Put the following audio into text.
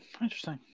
Interesting